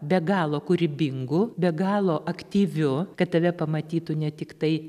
be galo kūrybingu be galo aktyviu kad tave pamatytų ne tiktai